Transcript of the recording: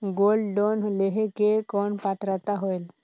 Gold loan लेहे के कौन पात्रता होएल?